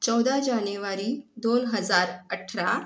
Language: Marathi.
चौदा जानेवारी दोन हजार अठरा